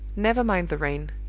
never mind the rain,